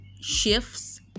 shifts